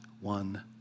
one